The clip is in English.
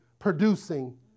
Producing